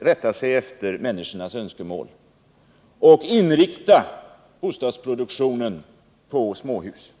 rätta sig efter människornas önskemål och inrikta bostadsproduktionen på småhus.